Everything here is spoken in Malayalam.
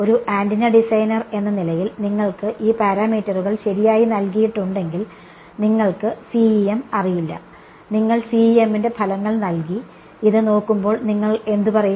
ഒരു ആന്റിന ഡിസൈനർ എന്ന നിലയിൽ നിങ്ങൾക്ക് ഈ പാരാമീറ്ററുകൾ ശരിയായി നൽകിയിട്ടുണ്ടെങ്കിൽ നിങ്ങൾക്ക് CEM അറിയില്ല നിങ്ങൾ CEM ന്റെ ഫലങ്ങൾ നൽകി ഇത് നോക്കുമ്പോൾ നിങ്ങൾ എന്ത് പറയും